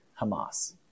Hamas